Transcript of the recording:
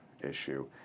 issue